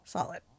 Solid